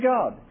God